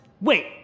Wait